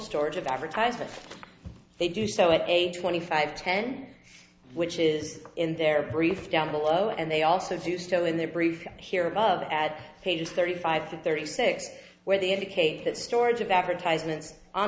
storage of advertisements they do so at age twenty five ten which is in their brief down below and they also do so in their brief here above at pages thirty five thirty six where the indicate that storage of